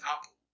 apple